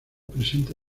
presenta